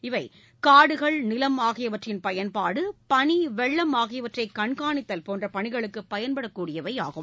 இது காடுகள் நிலம் ஆகியவற்றின் பயன்பாடு பனி வெள்ளம் ஆகியவற்றை கண்காணித்தல் போன்ற பணிகளுக்கு பயன்படக்கூடியவை ஆகும்